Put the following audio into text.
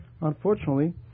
Unfortunately